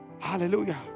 Hallelujah